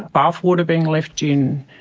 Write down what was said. bathwater being left in,